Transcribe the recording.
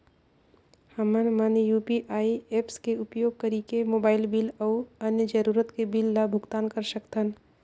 हमन मन UPI apps के उपयोग करिके मोबाइल बिल अऊ अन्य जरूरत के बिल ल भुगतान कर सकथन